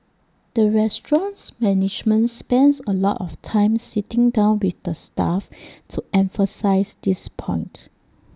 the restaurant's management spends A lot of time sitting down with the staff to emphasise this point